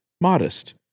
modest